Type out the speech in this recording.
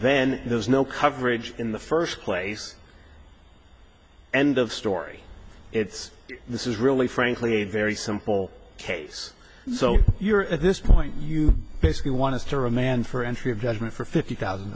then there is no coverage in the first place end of story it's this is really frankly a very simple case so you're at this point you basically want us to remand for entry of judgment for fifty thousand